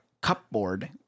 cupboard